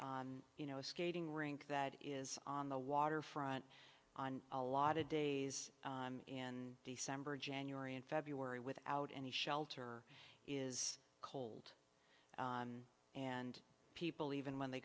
you know skating rink that is on the waterfront on a lot of days in december january and february without any shelter is cold and people even when they